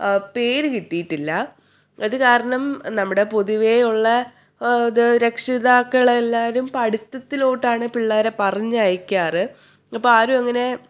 പേര് കിട്ടിയിട്ടില്ല അത് കാരണം നമ്മുടെ പൊതുവെയുള്ള അത് രക്ഷിതാക്കളെല്ലാവരും പഠിത്തത്തിലോട്ടാണ് പിള്ളേരെ പറഞ്ഞയക്കാറ് അപ്പോൾ ആരുമങ്ങനെ